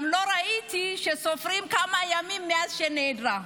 גם לא ראיתי שסופרים כמה ימים מאז שנעדרה.